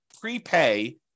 prepay